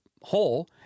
hole